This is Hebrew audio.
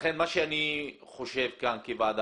לכן מה שאני חושב כאן כוועדה,